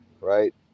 right